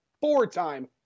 four-time